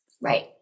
Right